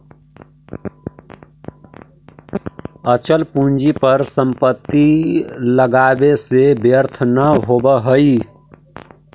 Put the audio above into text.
अचल पूंजी पर संपत्ति लगावे से व्यर्थ न होवऽ हई